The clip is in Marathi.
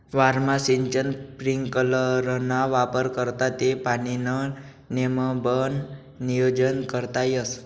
वावरमा सिंचन स्प्रिंकलरना वापर करा ते पाणीनं नेमबन नियोजन करता येस